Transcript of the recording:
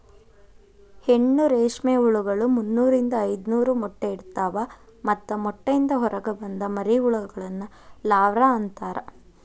ಹೆಣ್ಣು ರೇಷ್ಮೆ ಹುಳಗಳು ಮುನ್ನೂರಿಂದ ಐದನೂರ ಮೊಟ್ಟೆ ಇಡ್ತವಾ ಮತ್ತ ಮೊಟ್ಟೆಯಿಂದ ಹೊರಗ ಬಂದ ಮರಿಹುಳಗಳನ್ನ ಲಾರ್ವ ಅಂತಾರ